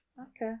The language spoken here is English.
Okay